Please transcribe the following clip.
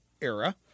era